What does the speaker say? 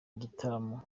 igitaramo